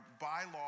bylaw